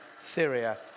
Syria